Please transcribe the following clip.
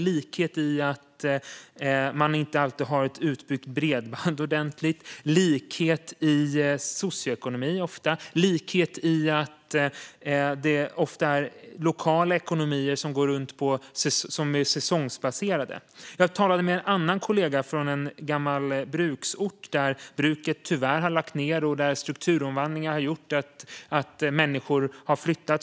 Det finns likheter i fråga om att det inte alltid finns ett ordentligt utbyggt bredband. Det finns ofta likheter i fråga om socioekonomi. Det finns likheter i fråga om att det ofta är lokala ekonomier som är säsongsbaserade. Jag talade med en annan kollega från en gammal bruksort, där bruket tyvärr har lagts ned och där strukturomvandlingar har gjort att människor har flyttat.